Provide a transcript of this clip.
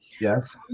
Yes